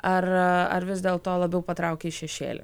ar ar vis dėlto labiau patraukia į šešėlį